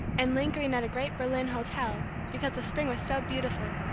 and lingering at a great berlin hotel because the spring was so beautiful,